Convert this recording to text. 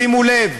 שימו לב,